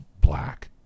black